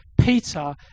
Peter